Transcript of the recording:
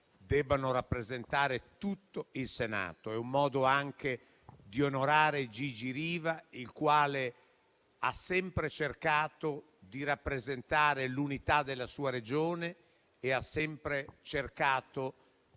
debbano rappresentare tutto il Senato. È un modo anche di onorare Gigi Riva, il quale ha sempre cercato di rappresentare l'unità della sua Regione e, con il suo